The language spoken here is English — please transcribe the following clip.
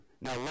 Now